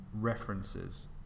References